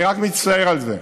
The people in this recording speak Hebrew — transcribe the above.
אני רק מצטער על זה.